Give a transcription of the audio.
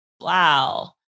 Wow